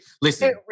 Listen